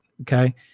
Okay